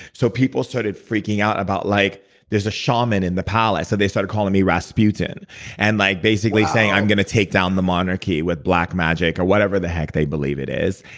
so people started freaking out about like there's a shaman in the palace. so they started calling me rasputin and like basically saying i'm going to take down the monarchy with black magic or whatever the heck they believe it is.